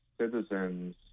citizens